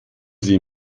sie